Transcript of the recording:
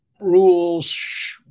rules